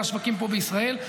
לשווקים פה בישראל.